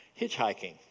hitchhiking